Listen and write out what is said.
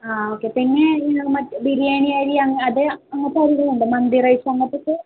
ആ ഓക്കെ പിന്നെ മറ്റേ ബിരിയാണിയരി അത് അങ്ങനത്തെ അരികളുണ്ടോ മന്തി റൈസ് അങ്ങനത്തെയൊക്കെ